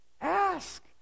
Ask